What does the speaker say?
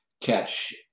catch